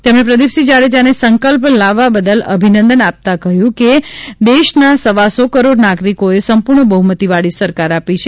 તેમણે પ્રદિપસિંહ જાડેજાને સંકલ્પ લાવવવા બદલ અભિનંદન આપતા કહ્યું કે દેશના સવાસો કરોડ નાગરિકોએ સંપૂર્ણ બહુમતીવાળી સરકાર આપી છે